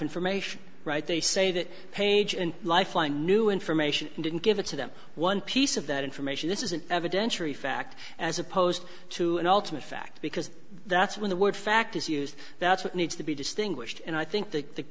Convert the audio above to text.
information right they say that page and lifeline new information didn't give it to them one piece of that information this is an evidentiary fact as opposed to an ultimate fact because that's when the word fact is used that's what needs to be distinguished and i think th